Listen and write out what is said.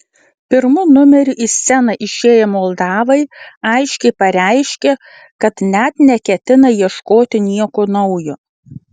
pirmu numeriu į sceną išėję moldavai aiškiai pareiškė kad net neketina ieškoti nieko naujo